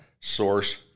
source